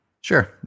Sure